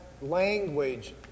Language